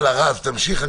רז, תמשיך.